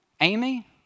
Amy